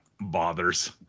bothers